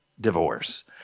divorce